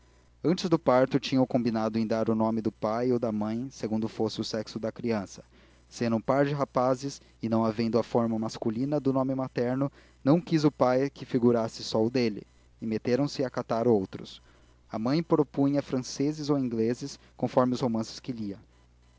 antes do parto tinham combinado em dar o nome do pai ou da mãe segundo fosse o sexo da criança sendo um par de rapazes e não havendo a forma masculina do nome materno não quis o pai que figurasse só o dele e meteram se a catar outros a mãe propunha franceses ou ingleses conforme os romances que